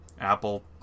Apple